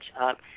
up